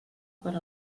per